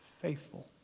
faithful